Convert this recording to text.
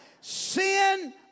Sin